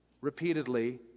repeatedly